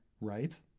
right